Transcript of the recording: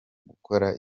gukora